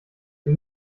ihr